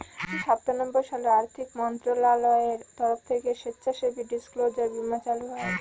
উনিশশো সাতানব্বই সালে আর্থিক মন্ত্রণালয়ের তরফ থেকে স্বেচ্ছাসেবী ডিসক্লোজার বীমা চালু হয়